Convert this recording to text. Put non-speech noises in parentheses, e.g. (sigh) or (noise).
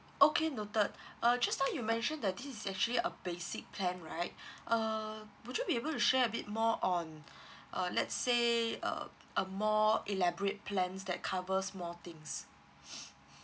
okay noted uh just now you mentioned that this is actually a basic plan right (breath) uh would you be able to share a bit more on uh let's say uh a more elaborate plans that covers more things (breath)